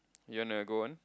you wanna go on